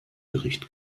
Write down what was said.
bericht